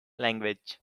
language